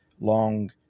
long